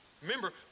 Remember